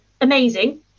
amazing